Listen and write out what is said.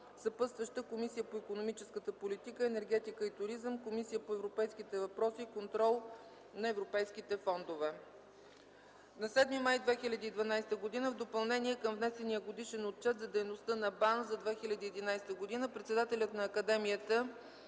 Съпътстващи са Комисията по икономическата политика, енергетика и туризъм и Комисията по европейските въпроси и контрол на европейските фондове. На 7 май 2012 г. в допълнение към внесения Годишен отчет за дейността на БАН за 2011 г. председателят на Академията